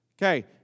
Okay